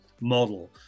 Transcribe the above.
model